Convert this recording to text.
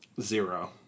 Zero